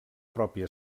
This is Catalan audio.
pròpia